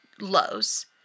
lows